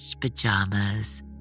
pajamas